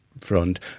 front